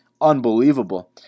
unbelievable